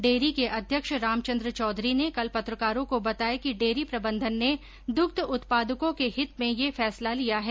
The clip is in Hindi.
डेयरी के अध्यक्ष रामचन्द्र चौधरी ने कल पत्रकारों को बताया कि डेयरी प्रबंधन ने द्ग्ध उत्पादकों को हित में यह फैसला लिया है